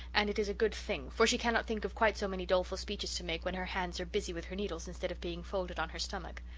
and it is a good thing, for she cannot think of quite so many doleful speeches to make when her hands are busy with her needles instead of being folded on her stomach.